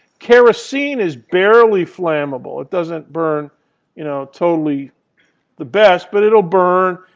kerosene is barely flammable. it doesn't burn you know totally the best, but it will burn.